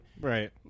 right